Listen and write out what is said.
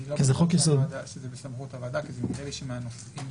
כי בתחום ההסדרה האוצר עסוק כל הזמן בלהסביר